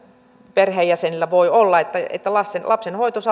perheenjäsenillä voi olla tilanteita että lapsen hoito saattaisi